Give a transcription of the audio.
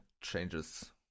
changes